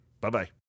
Bye-bye